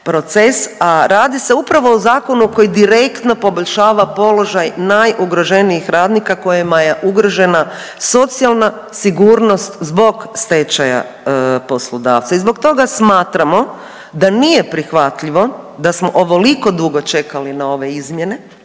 a radi se upravo o zakonu koji direktno poboljšava položaj najugroženijih radnika kojima je ugrožena socijalna sigurnost zbog stečaja poslodavca. I zbog toga smatramo da nije prihvatljivo da smo ovoliko dugo čekali na ove izmjene